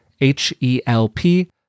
H-E-L-P